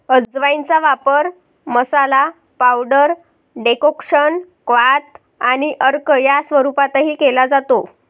अजवाइनचा वापर मसाला, पावडर, डेकोक्शन, क्वाथ आणि अर्क या स्वरूपातही केला जातो